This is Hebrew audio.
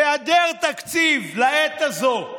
היעדר תקציב לעת הזאת,